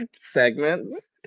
segments